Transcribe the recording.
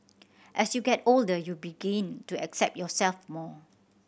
as you get older you begin to accept yourself more